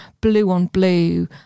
blue-on-blue